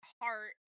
heart